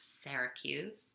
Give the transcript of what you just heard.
Syracuse